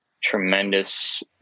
tremendous